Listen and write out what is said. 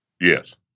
Yes